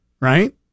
Right